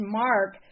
mark